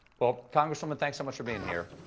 but congresswoman thanks so much for being here.